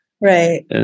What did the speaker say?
Right